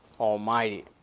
Almighty